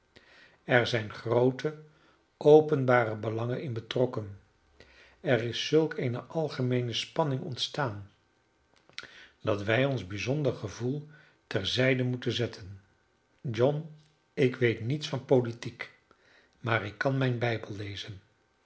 er zijn groote openbare belangen in betrokken er is zulk eene algemeene spanning ontstaan dat wij ons bijzonder gevoel ter zijde moeten zetten john ik weet niets van politiek maar ik kan mijn bijbel lezen